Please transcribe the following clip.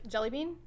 Jellybean